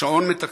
השעון מתקתק,